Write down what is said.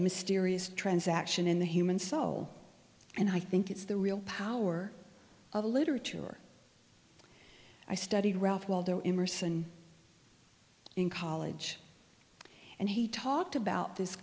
mysterious transaction in the human soul and i think it's the real power of literature i studied ralph waldo emerson in college and he talked about this